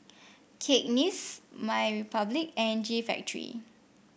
Cakenis MyRepublic and G Factory